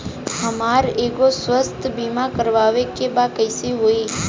हमरा एगो स्वास्थ्य बीमा करवाए के बा कइसे होई?